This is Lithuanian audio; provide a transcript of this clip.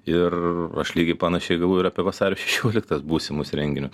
ir aš lygiai panašiai galvoju ir apie vasario šešioliktos būsimus renginius